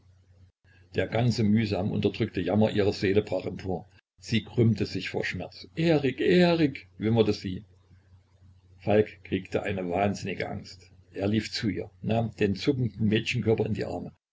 der ganze mühsam unterdrückte jammer ihrer seele brach empor sie krümmte sich vor schmerz erik erik wimmerte sie falk kriegte eine wahnsinnige angst er lief zu ihr nahm den zuckenden mädchenkörper in die arme